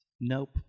Nope